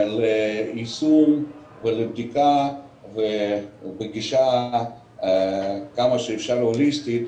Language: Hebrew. ליישום ולבדיקה בגישה כמה שאפשר הוליסטית